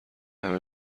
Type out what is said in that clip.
همه